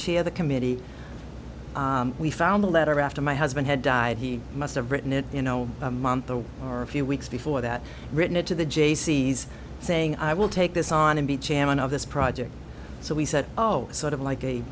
cheer the committee we found a letter after my husband had died he must have written it you know a month the or a few weeks before that written into the jaycees saying i will take this on and be chairman of this project so we said oh sort of like a